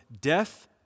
death